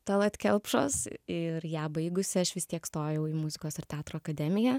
tallat kelpšos ir ją baigusi aš vis tiek stojau į muzikos ir teatro akademiją